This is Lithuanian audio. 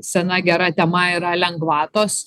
sena gera tema yra lengvatos